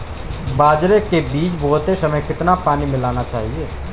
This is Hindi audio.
बाजरे के बीज बोते समय कितना पानी मिलाना चाहिए?